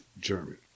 German